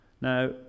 Now